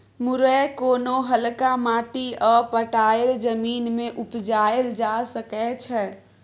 मुरय कोनो हल्का माटि आ पटाएल जमीन मे उपजाएल जा सकै छै